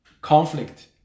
conflict